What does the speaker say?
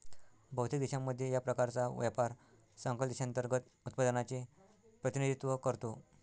बहुतेक देशांमध्ये, या प्रकारचा व्यापार सकल देशांतर्गत उत्पादनाचे प्रतिनिधित्व करतो